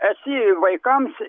esi vaikams